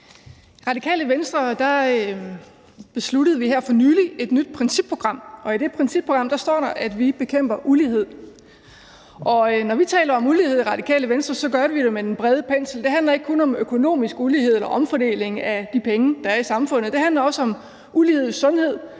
Radikale Venstre besluttede vi her for nylig at få et nyt principprogram, og i det principprogram står der, at vi bekæmper ulighed. Og når vi i Radikale Venstre taler om ulighed, maler vi med den brede pensel: Det handler ikke kun om økonomisk ulighed eller omfordeling af de penge, der er i samfundet; det handler også om ulighed i sundhed,